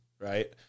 right